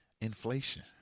Inflation